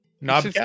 Knob